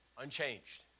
unchanged